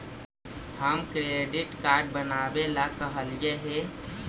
हम credit card बनावे ला कहलिऐ हे?